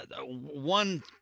one